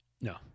No